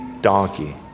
donkey